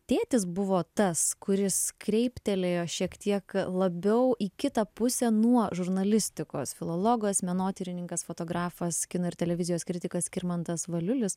tėtis buvo tas kuris kreiptelėjo šiek tiek labiau į kitą pusę nuo žurnalistikos filologas menotyrininkas fotografas kino ir televizijos kritikas skirmantas valiulis